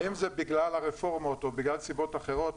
האם זה בגלל הרפורמות או בגלל סיבות אחרות,